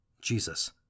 Jesus